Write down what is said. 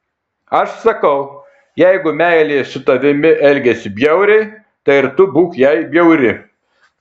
aš sakau jeigu meilė su tavimi elgiasi bjauriai tai ir tu būk jai bjauri